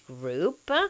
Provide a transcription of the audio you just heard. group